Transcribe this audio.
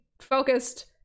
focused